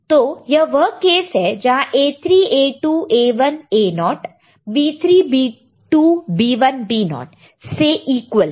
तो यह वह केस है जहां A3 A2 A1 A0 B3 B2 B1 B0 से इक्वल है